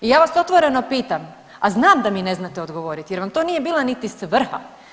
I ja vas otvoreno pitam, a znam da mi ne znate odgovoriti jer vam to nije bila niti svrha.